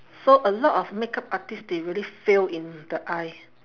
so a lot of makeup artist they really fail in the eye